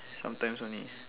sometimes only